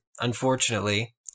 unfortunately